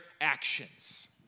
actions